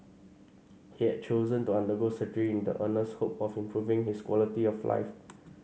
he had chosen to undergo surgery in the earnest hope of improving his quality of life